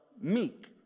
meek